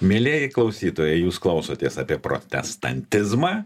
mielieji klausytojai jūs klausotės apie protestantizmą